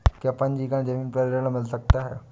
क्या पंजीकरण ज़मीन पर ऋण मिल सकता है?